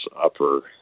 upper